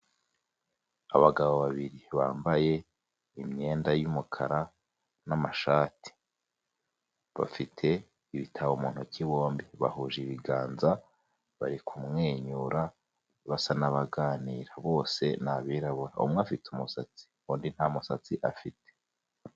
Abagabo babiri bambaye imyenda y'umukara n'amashati, bafite ibitabo mu ntoki bombi, bahuje ibiganza bari kumwenyura basa n'aganira bose ni abirabura, umwe afite umusatsi undi nta musatsi afite.